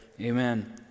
Amen